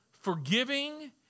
Forgiving